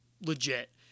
legit